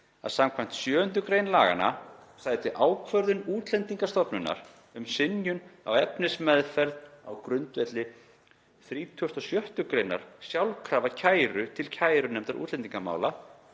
að skv. 7. gr. laganna sæti ákvörðun Útlendingastofnunar um synjun á efnismeðferð á grundvelli 36. gr. sjálfkrafa kæru til kærunefndar útlendingamála